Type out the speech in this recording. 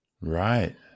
right